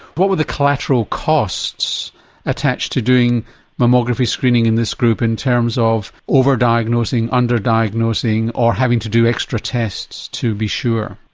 what were the collateral costs attached to doing mammography screening in this group in terms of over-diagnosing, under-diagnosing or having to do extra tests to be sure?